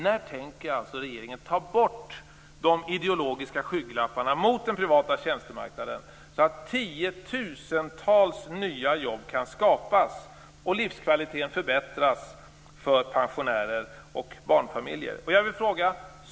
När tänker regeringen ta bort de ideologiska skygglapparna mot den privata tjänstemarknaden så att tiotusentals nya jobb kan skapas och livskvaliteten förbättras för pensionärer och barnfamiljer?